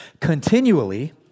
continually